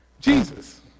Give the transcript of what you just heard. Jesus